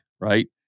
right